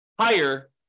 higher